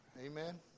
Amen